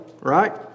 right